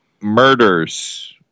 Murders